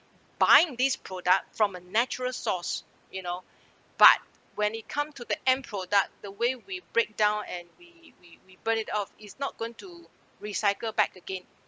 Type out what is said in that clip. buying these product from a natural source you know but when it come to the end product the way we break down and we we we burn it off is not going to recycle back again